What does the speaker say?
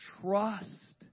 trust